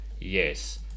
yes